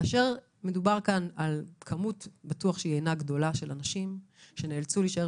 כאשר מדובר כאן על כמות שבטוח שאינה גדולה של אנשים שנאלצו להישאר